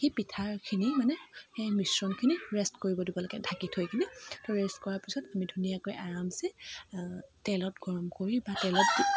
সেই পিঠাখিনি মানে সেই মিশ্ৰণখিনি ৰেষ্ট কৰিব দিব লাগে ঢাকি থৈ কিনে ৰেষ্ট কৰাৰ পিছত আমি ধুনীয়াকৈ আৰাম চে তেলত গৰম কৰি বা তেলত